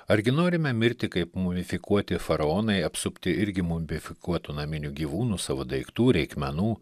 argi norime mirti kaip mumifikuoti faraonai apsupti irgi mumifikuotų naminių gyvūnų savo daiktų reikmenų